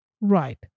Right